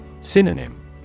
Synonym